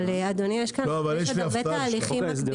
אבל אדוני, יש עוד הרבה תהליכים מקבילים.